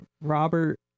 Robert